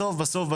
בסוף בסוף,